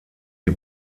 die